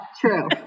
true